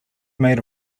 made